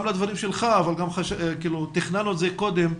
לדברים שלך אבל גם תכננו את זה קודם,